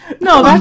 No